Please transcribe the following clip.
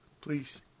Please